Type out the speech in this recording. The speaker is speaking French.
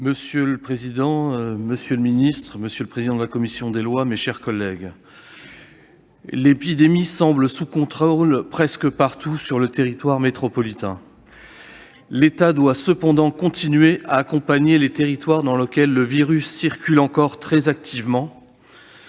Monsieur le président, monsieur le ministre, monsieur le président de la commission des lois, mes chers collègues, l'épidémie semble sous contrôle pratiquement partout sur le territoire métropolitain. L'État doit néanmoins continuer à accompagner les territoires dans lesquels le virus circule encore très activement,